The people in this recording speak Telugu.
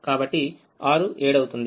కాబట్టి 6 7అవుతుంది